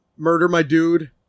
murdermydude